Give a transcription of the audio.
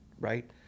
Right